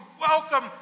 welcome